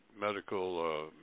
medical